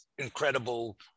incredible